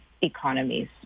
economies